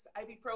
ibuprofen